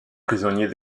prisonnier